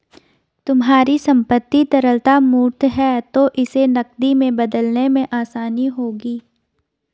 तुम्हारी संपत्ति तरलता मूर्त है तो इसे नकदी में बदलने में आसानी होगी